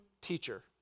teacher